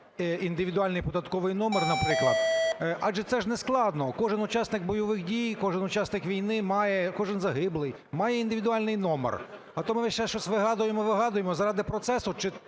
індивідуальний податковий номер, наприклад? Адже це не складно, кожен учасник бойових дій, кожен учасник війни має, кожен загиблий, має індивідуальний номер. А то ми весь час щось вигадуємо, вигадуємо заради процесу,